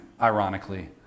ironically